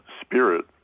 spirit